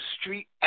street